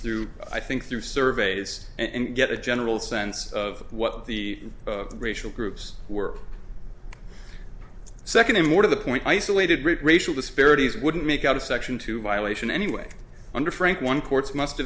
through i think through surveys and get a general sense of what the racial groups were second and more to the point isolated group racial disparities wouldn't make out a section two violation anyway under frank one courts must